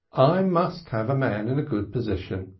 i must have a man in a good position.